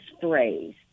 phrase